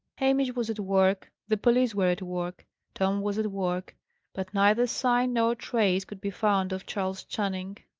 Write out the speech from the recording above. hamish was at work the police were at work tom was at work but neither sign nor trace could be found of charles channing.